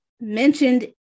mentioned